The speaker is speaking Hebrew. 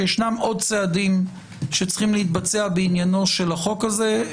שיש עוד צעדים שצריכים להתבצע בעניין החוק הזה.